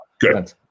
good